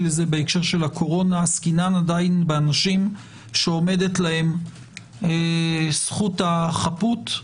לזה בהקשר הקורונה עסקינן באנשים שעומדת להם זכות החפות,